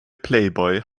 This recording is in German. playboy